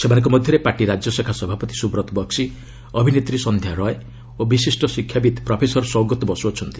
ସେମାନଙ୍କ ମଧ୍ୟରେ ପାର୍ଟି ରାଜ୍ୟ ଶାଖା ସଭାପତି ସୁବ୍ରତ୍ ବକ୍ୱି ଅଭିନେତ୍ରୀ ସନ୍ଧ୍ୟା ରାୟ ଓ ବିଶିଷ୍ଟ ଶିକ୍ଷାବିତ୍ ପ୍ରଫେସର ସୌଗତ ବସୁ ଅଛନ୍ତି